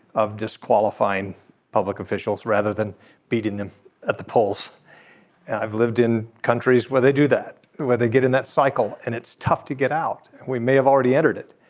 of disqualifying public officials rather than beating them at the polls. and i've lived in countries where they do that where they get in that cycle and it's tough to get out and we may have already entered it.